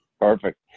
Perfect